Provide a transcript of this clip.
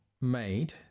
made